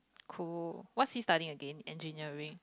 cool what's he studying again engineering